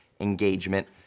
engagement